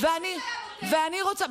לא הכול אנחנו רוצים לתת.